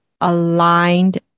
aligned